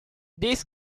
this